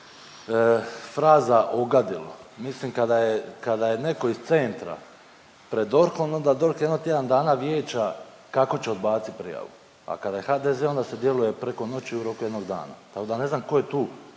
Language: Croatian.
fraza ogadilo, mislim kada je, kada je netko iz Centra pred DORH-om, onda DORH jedno tjedan dana vijeća kako će odbaciti prijavu, a kada je HDZ, onda se djeluje preko noći u roku jednog dana i onda ne znam tko je tu